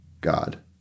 God